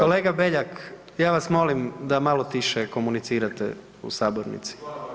Kolega Beljak, ja vas molim da malo tiše komunicirate u sabornici.